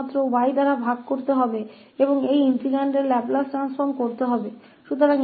तो यहाँ हमें केवल 𝑦 और इस इंटीग्रैंड के लाप्लास रूपांतर से विभाजित करना है